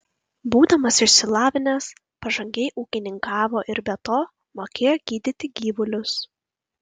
būdamas išsilavinęs pažangiai ūkininkavo ir be to mokėjo gydyti gyvulius